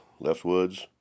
Leftwoods